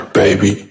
baby